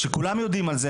שכולם יודעים על זה,